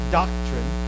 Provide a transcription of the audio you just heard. doctrine